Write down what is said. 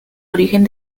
origen